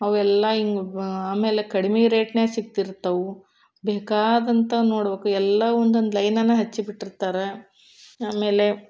ಅವೆಲ್ಲ ಹಿಂಗೆ ಬು ಆಮೇಲೆ ಕಡಿಮೆ ರೇಟ್ನ್ಯಾಗ ಸಿಕ್ತಿರ್ತವೆ ಬೇಕಾದಂಥ ನೋಡಬೇಕು ಎಲ್ಲ ಒಂದೊಂದು ಲೈನನೇ ಹಚ್ಚಿ ಬಿಟ್ಟಿರ್ತಾರೆ ಆಮೇಲೆ